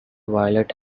violet